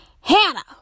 Hannah